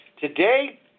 Today